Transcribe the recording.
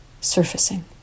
surfacing